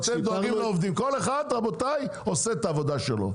כל אחד עושה את העבודה שלו.